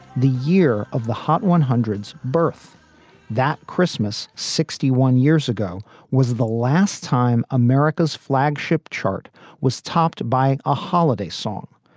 the year of the hot one hundreds birth that christmas sixty one years ago was the last time america's flagship chart was topped by a holiday song,